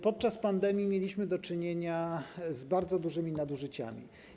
Podczas pandemii mieliśmy do czynienia z bardzo dużymi nadużyciami.